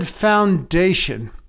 foundation